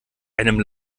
einem